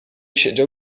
siedział